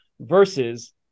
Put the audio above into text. versus